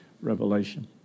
Revelation